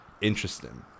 Interesting